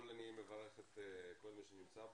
אני מברך את כל מי שנמצא כאן,